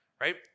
right